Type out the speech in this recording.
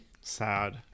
Sad